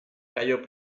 cayó